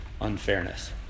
unfairness